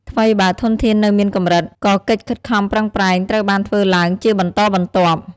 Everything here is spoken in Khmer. ថ្វីបើធនធាននៅមានកម្រិត ក៏កិច្ចខិតខំប្រឹងប្រែងត្រូវបានធ្វើឡើងជាបន្តបន្ទាប់។